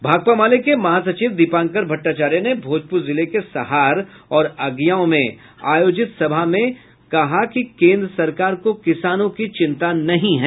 भाकपा माले के महासचिव दीपांकर भट्टाचार्या ने भोजपुर जिले के सहार और अगिआंव में आयोजित सभा में कहा कि केंद्र सरकार को किसानों की चिंता नहीं है